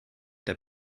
der